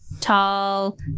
tall